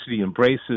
embraces